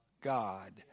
God